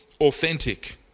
authentic